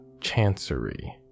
Chancery